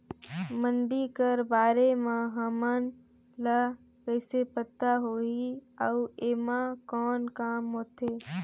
मंडी कर बारे म हमन ला कइसे पता होही अउ एमा कौन काम होथे?